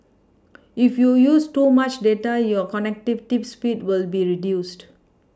if you use too much data your connectivity speed will be reduced